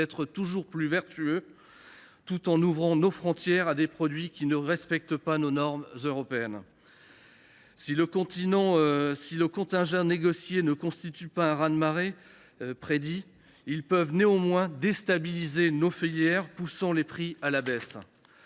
toujours plus vertueux tout en ouvrant nos frontières à des produits qui ne respectent pas nos normes européennes ? Si le contingent négocié ne constitue pas le raz de marée annoncé, il peut néanmoins déstabiliser nos filières, poussant les prix à la baisse.